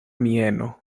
mieno